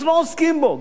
אז לא עוסקים בו,